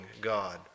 God